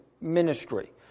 ministry